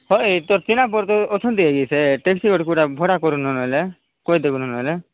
ହଏ ତୋର ଚିହ୍ନା ପରିଚୟ ଅଛନ୍ତି ଆକେ ସେ ଟ୍ୟାକ୍ସି ଗୋଟେ କେଉଁଟା ଭଡ଼ା କରୁନୁ ନହେଲେ କହିଦେବୁନୁ ନହେଲେ